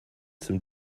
zum